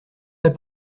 pas